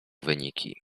wyniki